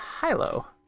Hilo